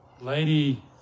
lady